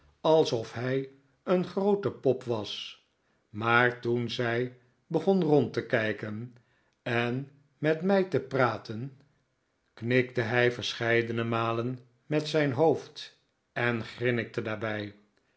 alsof hij een groote pop was maar toen zij begon rond te kijken en met mij te praten knikte hij verscheidene malen met zijn hoofd en grinnikte daarbij